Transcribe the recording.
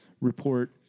report